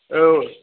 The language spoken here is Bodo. औ